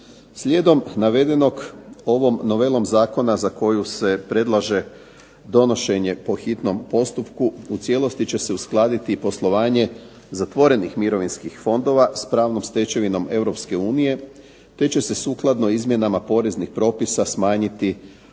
Slijedom navedenog, ovom novelom zakona za koju se predlaže donošenje po hitnom postupku, u cijelosti će se uskladiti i poslovanje zatvorenih mirovinskih fondova s pravnom stečevinom Europske unije te će se sukladno izmjenama poreznih propisa smanjiti poticajna